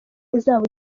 azaba